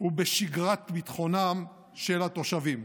ובשגרת ביטחונם של התושבים.